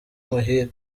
muhire